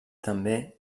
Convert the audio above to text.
també